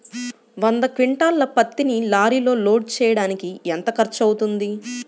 వంద క్వింటాళ్ల పత్తిని లారీలో లోడ్ చేయడానికి ఎంత ఖర్చవుతుంది?